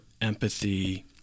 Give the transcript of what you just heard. empathy